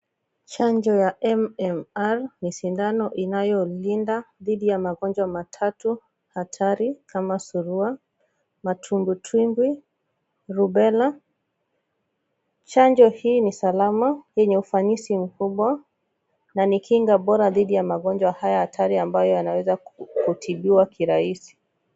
Chanjo ya MMR ni sindano inayolinda dhidi ya magonjwa matatu hatari kama surua matumbwi tumbwi, rubela. Chanjo hii ni salama, yenye ufanisi mkubwa na ni kinga bora dhidi ya magonjwa haya hatari ambayo yanaweza kutibiwa kirahisi.